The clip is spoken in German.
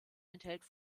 enthält